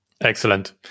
Excellent